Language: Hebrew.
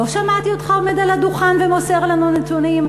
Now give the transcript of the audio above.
לא שמעתי אותך עומד על הדוכן ומוסר לנו נתונים.